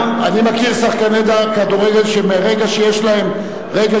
אני מכיר שחקני כדורגל שמרגע שיש להם רגל